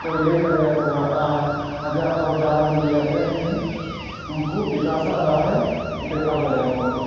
ᱠᱚᱭ ᱞᱟᱹᱭ ᱫᱟᱲᱮᱣᱟᱠᱚᱣᱟ ᱟᱨ ᱟᱡᱟᱜ ᱦᱚᱨ ᱰᱟᱦᱟᱨ ᱞᱟᱹᱭ ᱟᱛᱮᱫ ᱩᱱᱤ ᱩᱱᱠᱩ ᱵᱤᱠᱟᱥ ᱟᱨᱦᱚᱸᱭ ᱫᱮᱠᱷᱟᱣ ᱫᱟᱲᱮᱭᱟᱠᱚᱣᱟ